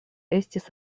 estis